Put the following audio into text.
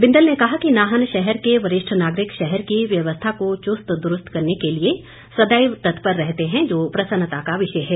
बिंदल ने कहा कि नाहन शहर के वरिष्ठ नागरिक शहर की व्यवस्था को चुस्त दुरूस्त करने के लिए सदैव तत्पर रहते हैं जो प्रसन्नता का विषय है